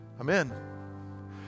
Amen